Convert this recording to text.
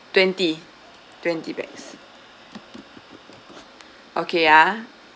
twenty twenty pax okay ah